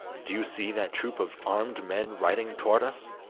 do you see that troop of armed men riding towards us?